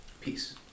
Peace